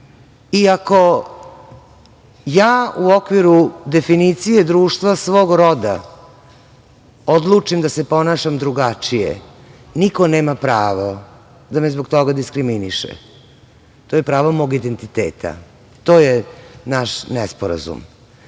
ako ja u okviru definicije društva svog roda odlučim da se ponašam drugačije, niko nema pravo da me zbog toga diskriminiše. To je pravo mog identiteta. To je naš nesporazum. Ovaj